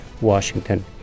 Washington